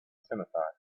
scimitar